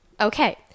Okay